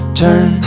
turn